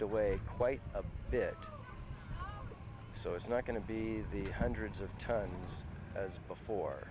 away quite a bit so it's not going to be the hundreds of tons as before